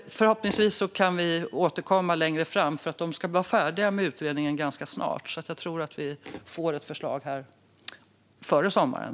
Förhoppningsvis kan vi återkomma längre fram. De ska vara färdiga med utredningen ganska snart, så jag tror att vi får ett förslag före sommaren.